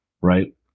right